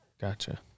Gotcha